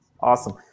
Awesome